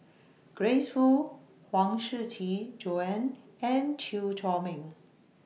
Grace Fu Huang Shiqi Joan and Chew Chor Meng